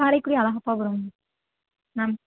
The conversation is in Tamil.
காரைக்குடி அழகப்பாபுரம் மேம்